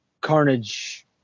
carnage